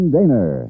Daner